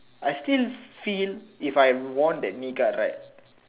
I still see if I wore the knee guard right